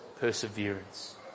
perseverance